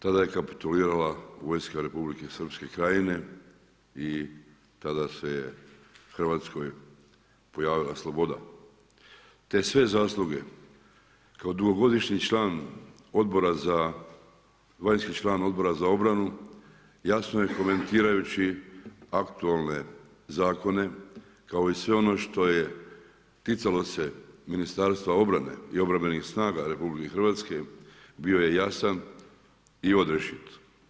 Tada je kapitulirala vojska republike Srpske krajine i tada se je u Hrvatskoj pojavila sloboda te sve zasluge kao dugogodišnji vanjski član Odbora za obranu, jasno je komentirajući aktualne zakone kao i sve ono što je ticalo se Ministarstva obrane i Obrambenih snaga RH, bio je jasan i odrješit.